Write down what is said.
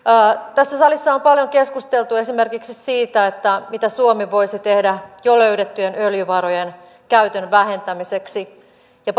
tässä salissa on paljon keskusteltu esimerkiksi siitä mitä suomi voisi tehdä jo löydettyjen öljyvarojen käytön vähentämiseksi ja